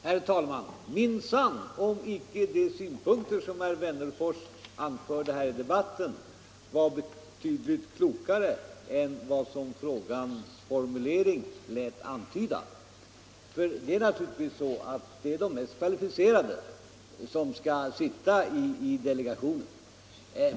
Herr talman! Minsann om icke de synpunkter som herr Wennerfors anförde här i debatten var betydligt klokare än vad frågans formulering lät antyda. Det är naturligtvis så att det är de som är mest kvalificerade för uppgiften som skall sitta i delegationen.